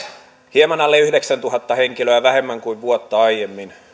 hieman alle yhdeksäntuhatta henkilöä vähemmän kuin vuotta aiemmin